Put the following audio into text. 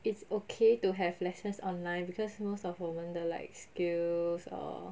it's okay to have lessons online because most of 我们的 like skills or